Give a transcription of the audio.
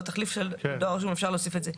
בתחליף של דואר רשום אפשר להוסיף את זה.